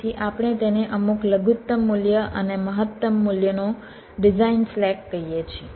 તેથી આપણે તેને અમુક લઘુત્તમ મૂલ્ય અને મહત્તમ મૂલ્યનો ડિઝાઇન સ્લેક કહીએ છીએ